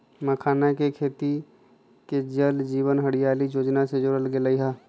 मखानके खेती के जल जीवन हरियाली जोजना में जोरल गेल हई